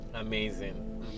amazing